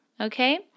okay